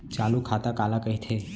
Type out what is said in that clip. चालू खाता काला कहिथे?